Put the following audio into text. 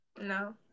No